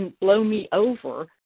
blow-me-over